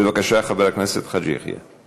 בבקשה, חבר הכנסת חאג' יחיא.